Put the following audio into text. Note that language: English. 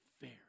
fair